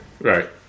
Right